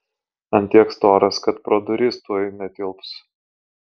ant tiek storas kad pro duris tuoj netilps